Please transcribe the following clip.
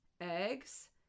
eggs